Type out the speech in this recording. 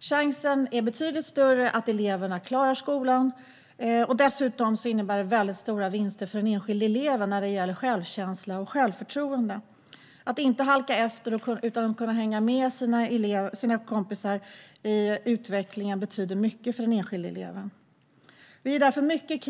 Chansen är betydligt större att eleverna klarar skolan. Dessutom innebär det väldigt stora vinster för den enskilde eleven när det gäller självkänsla och självförtroende. Att inte halka efter utan kunna hänga med sina kompisar i utvecklingen betyder mycket för den enskilde eleven. Vi är därför mycket